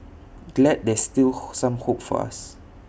glad there's still some hope for us